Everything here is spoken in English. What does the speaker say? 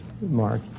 Mark